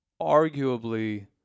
arguably